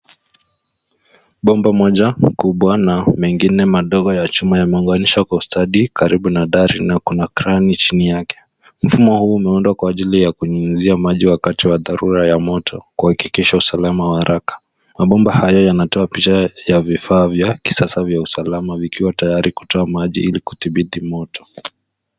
Bomba moja mkubwa na mengine madogo ya chuma yameunganishwa kwa ustadi, karibu na dari na kuna krani chini yake. Mfumo huu umeundwa kwa ajili ya kunyunyizia maji wakati wa dharura ya moto, kuhakikisha usalama wa haraka. Mabomba haya yanatoa picha ya vifaa vya kisasa vya usalama vikiwa tayari kutoa maji ili kudhibiti moto.